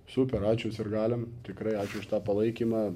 super ačiū sirgaliam tikrai ačiū už tą palaikymą